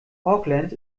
auckland